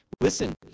Listen